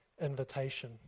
invitation